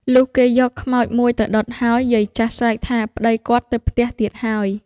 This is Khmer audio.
លុះគេយកខ្មោច ១ ទៅដុតហើយ យាយចាស់ស្រែកថា "ប្តីគាត់ទៅផ្ទះទៀតហើយ" ។